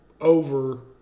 over